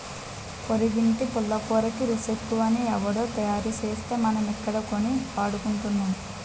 పొరిగింటి పుల్లకూరకి రుసెక్కువని ఎవుడో తయారుసేస్తే మనమిక్కడ కొని వాడుకుంటున్నాం